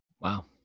Wow